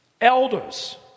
elders